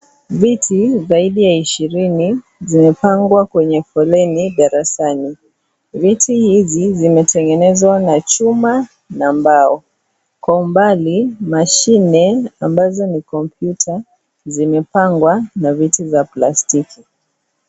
Viti saidi ya ishirini vimepangwa kwenye foleni darasani, viti hivi vimetengenezwa na chuma na mbao kwa umbali mashine ambazo ni kompyuta zimepangwa na viti za plastiki .